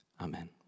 Amen